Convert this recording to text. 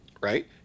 right